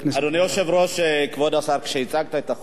אדוני היושב-ראש, כבוד השר, כשהצגת את החוק,